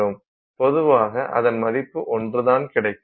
பொதுவாக அதன் மதிப்பு ஒன்று தான் கிடைக்கும்